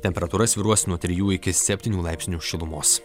temperatūra svyruos nuo trijų iki septynių laipsnių šilumos